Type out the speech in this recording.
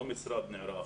המשרד לא נערך,